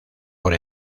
por